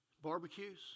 barbecues